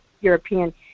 European